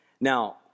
Now